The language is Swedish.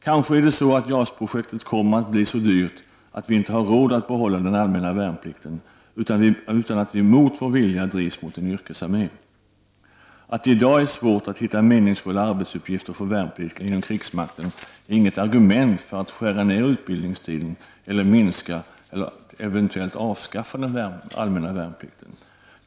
Kanske är det så att JAS-projektet kommer att bli så dyrt att vi inte har råd att behålla den allmänna värnplikten, utan att vi mot vår vilja drivs mot en yrkesarmé. Att det i dag är svårt att hitta meningsfulla arbetsuppgifter för värnpliktiga inom krigsmakten är inget argument för att skära ner utbildningstiden eller minska och eventuellt avskaffa den allmänna värnplikten.